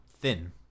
thin